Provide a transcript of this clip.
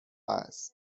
است